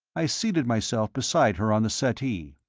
i seated myself beside her on the settee.